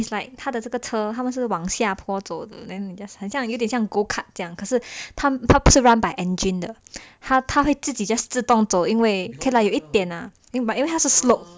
it's like 他的这个车他们是往下泼走得 then you just 很像有点像 go kart 这样可是他他不是 run by engine 的它会自己 just 自动走因为 okay lah 有一点啦 but 因为他是个 slope